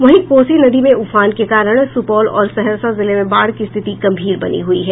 वहीं कोसी नदी में उफान के कारण सूपौल और सहरसा जिले में बाढ़ की स्थिति गंभीर बनी हुई है